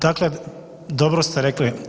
Dakle, dobro ste rekli.